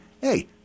hey